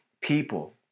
people